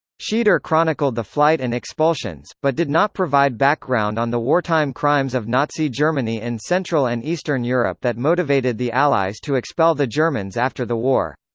schieder chronicled the flight and expulsions, but did not provide background on the wartime crimes of nazi germany in central and eastern europe that motivated the allies to expel the germans after the war.